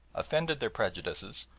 offended their prejudices,